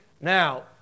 Now